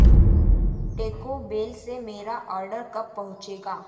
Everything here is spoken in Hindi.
टेको बेल से मेरा ऑर्डर कब पहुँचेगा